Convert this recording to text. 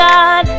God